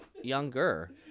Younger